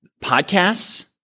Podcasts